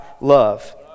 love